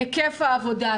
היקף העבודה,